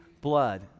blood